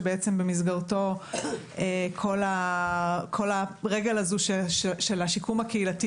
שבעצם במסגרתו נוספה כל הרגל הזו של השיקום הקהילתי,